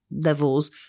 levels